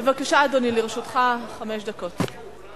בבקשה, אדוני, לרשותך חמש דקות.